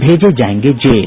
भेजे जायेंगे जेल